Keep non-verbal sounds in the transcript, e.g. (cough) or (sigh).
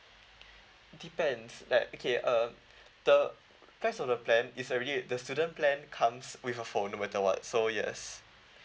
depends like okay uh (breath) the price of the plan is already the student plan comes with a phone no matter what so yes